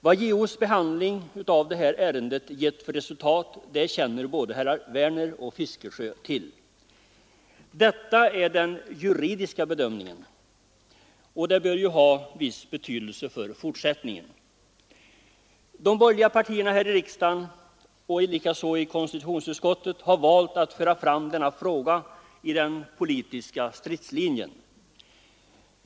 Vad JO:s behandling av det här ärendet gett för resultat känner herrar Werner och Fiskesjö till. Detta är den juridiska bedömningen, och det bör ju ha viss betydelse för fortsättningen. De borgerliga partierna här i riksdagen och deras företrädare i konstitutionsutskottet har valt att föra fram denna sak i den politiska stridslinjen.